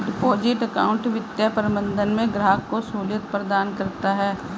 deposit account वित्तीय प्रबंधन में ग्राहक को सहूलियत प्रदान करता है